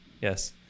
yes